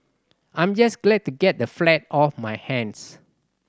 I'm just glad to get the flat off my hands